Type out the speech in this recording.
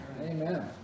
Amen